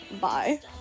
bye